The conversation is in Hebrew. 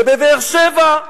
ובבאר-שבע.